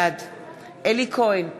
בעד אלי כהן,